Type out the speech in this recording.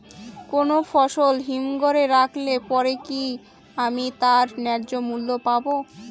কোনো ফসল হিমঘর এ রাখলে পরে কি আমি তার ন্যায্য মূল্য পাব?